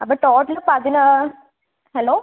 അപ്പ ടോട്ടല് പതിനൊന്ന് ഹലോ